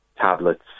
tablets